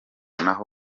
naho